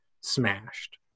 smashed